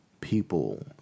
people